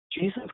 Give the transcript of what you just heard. jesus